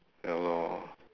ya lor